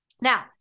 Now